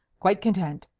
quite content!